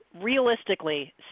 Realistically